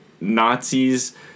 Nazis